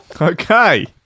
Okay